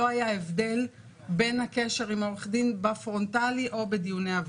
לא היה הבדל בין הקשר עם העורך דין בפרונטלי או בדיוני ה-VC.